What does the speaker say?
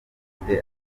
ukomeye